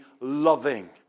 loving